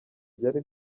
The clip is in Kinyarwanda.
byari